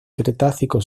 cretácico